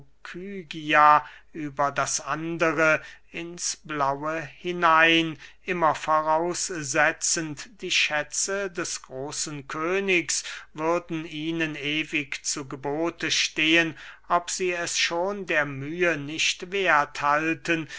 über das andere ins blaue hinein immer voraussetzend die schätze des großen königs würden ihnen ewig zu gebote stehen ob sie es schon der mühe nicht werth halten